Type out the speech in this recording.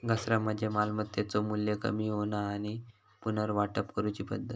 घसारा म्हणजे मालमत्तेचो मू्ल्य कमी होणा आणि पुनर्वाटप करूची पद्धत